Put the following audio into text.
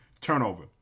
turnover